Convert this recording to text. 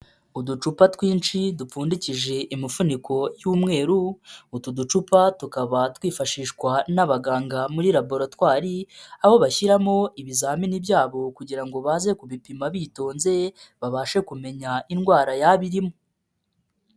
Uducupa twinshi dupfundikije imifuniko y'umweru, utu ducupa tukaba twifashishwa n'abaganga muri laboratwari, aho bashyiramo ibizamini byabo kugira ngo baze kubipima bitonzeye, babashe kumenya indwara yaba irimo.